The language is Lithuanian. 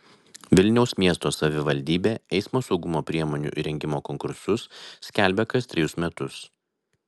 vilniaus miesto savivaldybė eismo saugumo priemonių įrengimo konkursus skelbia kas trejus metus